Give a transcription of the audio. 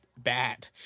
bad